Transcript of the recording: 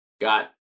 got